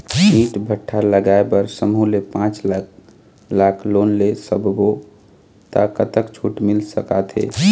ईंट भट्ठा लगाए बर समूह ले पांच लाख लाख़ लोन ले सब्बो ता कतक छूट मिल सका थे?